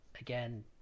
again